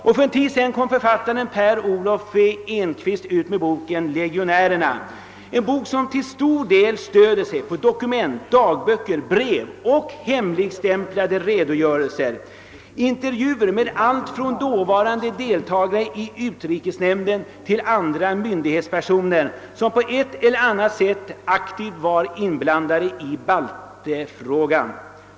Och för en tid sedan utgav författaren Per Olov Enquist boken »Legionärerna», som till stor del stöder sig på dokument, dagböcker, brev och hemligstämplade redogörelser — det rör sig om intervjuer med en mängd människor, från dåvarande deltagare i utrikesnämnden till andra myndighetspersoner som på ett eller annat sätt aktivt varit inblandade i baltfrågan.